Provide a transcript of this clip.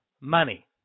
money